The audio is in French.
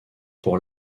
pour